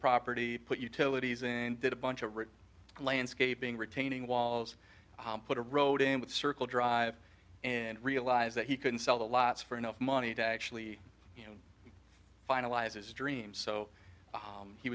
property put utilities and did a bunch of landscaping retaining walls put a road in with circle drive and realize that he couldn't sell the lots for enough money to actually you know finalizes dream so